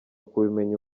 kubimenya